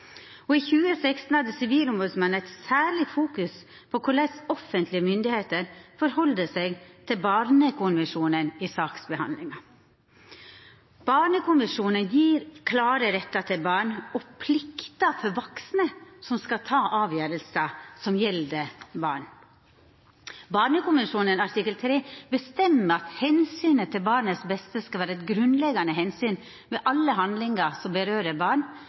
I 2016 fokuserte Sivilombodsmannen særleg på korleis offentlege myndigheiter går fram i høve til barnekonvensjonen i saksbehandlinga. Barnekonvensjonen gjev klare rettar til barn og plikter for vaksne som skal ta avgjerder som gjeld barn. Artikkel 3 i barnekonvensjonen bestemmer at omsynet til kva som er best for barnet, skal vera eit grunnleggjande omsyn ved alle handlingar som vedkjem barn,